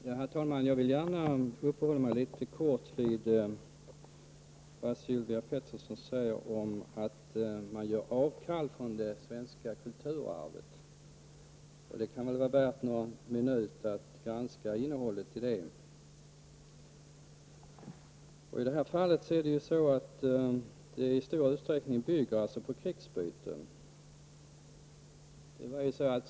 Herr talman! Jag vill gärna uppehålla mig litet vid vad Sylvia Pettersson säger om att man gör avkall på det svenska kulturarvet. Det kan väl vara värt någon minut att granska innehållet i det. I det här fallet bygger detta kulturarv alltså i stor utsträckning på krigsbyte.